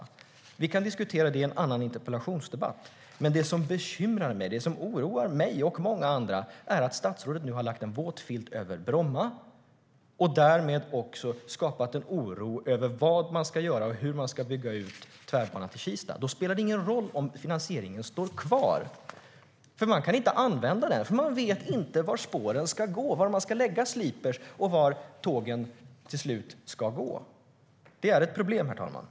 Vi kan diskutera det i en annan interpellationsdebatt. Men det som bekymrar och oroar mig och många andra är att statsrådet nu har lagt en våt filt över Bromma. Därmed har han också skapat en oro i fråga om vad man ska göra och hur man ska bygga ut Tvärbanan till Kista. Då spelar det ingen roll om finansieringen står kvar. Man kan inte använda den, för man vet inte var spåren ska gå, var man ska lägga sliprar och var tågen till slut ska gå. Det är ett problem, herr talman.